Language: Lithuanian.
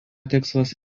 tikslas